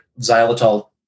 xylitol